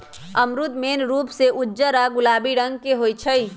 अमरूद मेन रूप से उज्जर या गुलाबी रंग के होई छई